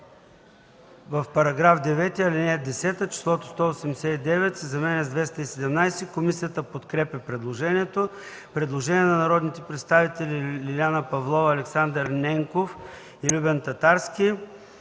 В § 9, ал. 10 числото „189” се заменя с „217”.” Комисията подкрепя предложението. Предложение на народните представители Лиляна Павлова, Александър Ненков и Любен Татарски: